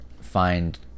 find